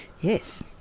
Yes